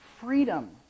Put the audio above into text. freedom